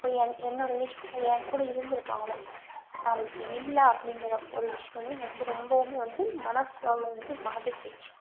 இப்போது என் என்னோட ஏஜ் கூட என்கூட இருந்திருக்கலாம் அவள் பட் அவள் இப்போ இல்லை அப்படிங்கிற ஒரு விஷயம் வந்து என்னை வந்து ரொம்பவுமே வந்து மனசளவில் வந்து பாதிச்சிருச்சு